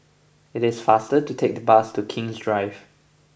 it is faster to take the bus to King's Drive